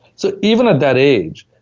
so even at that age,